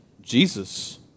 Jesus